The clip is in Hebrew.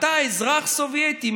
אתה אזרח סובייטי,